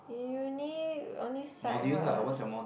uni only side what